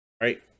right